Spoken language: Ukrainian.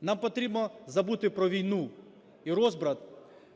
Нам потрібно забути про війну і розбрат